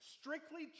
strictly